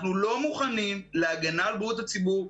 אנחנו לא מוכנים להגנה על בריאות הציבור,